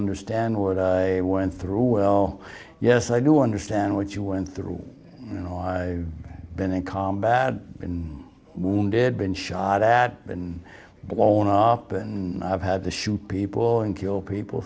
understand what went through well yes i do understand what you went through you know i have been in combat been wounded been shot at and blown up and i've had to shoot people and kill people